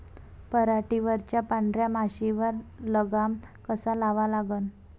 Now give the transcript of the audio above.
पराटीवरच्या पांढऱ्या माशीवर लगाम कसा लावा लागन?